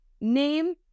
Name